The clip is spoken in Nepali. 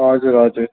हजुर हजुर